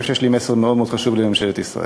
שיש לי מסר מאוד מאוד חשוב לממשלת ישראל.